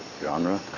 genre